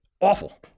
awful